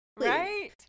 Right